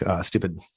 stupid